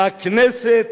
"הכנסת